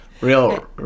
Real